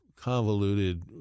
convoluted